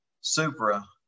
Supra